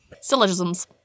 Syllogisms